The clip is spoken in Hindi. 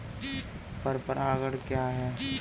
पर परागण क्या है?